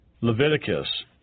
Leviticus